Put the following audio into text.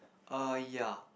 uh ya